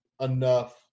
enough